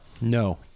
no